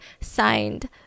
signed